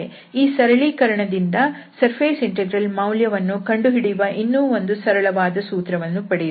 ಈ ಸರಳೀಕರಣದಿಂದ surface integral ಮೌಲ್ಯವನ್ನು ಕಂಡುಹಿಡಿಯುವ ಇನ್ನೂ ಒಂದು ಸರಳವಾದ ಸೂತ್ರವನ್ನು ಪಡೆಯುತ್ತೇವೆ